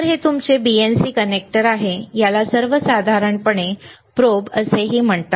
तर हे तुमचे BNC कनेक्टर आहे याला सर्वसाधारणपणे प्रोब असेही म्हणतात